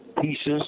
pieces